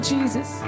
Jesus